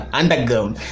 underground